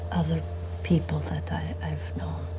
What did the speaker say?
other people that i've known.